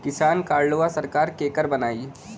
किसान कार्डवा सरकार केकर बनाई?